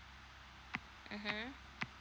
mmhmm